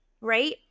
right